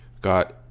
got